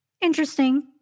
interesting